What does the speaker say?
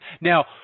Now